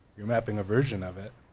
you're mapping a version of it.